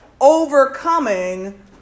Overcoming